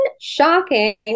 shocking